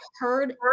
heard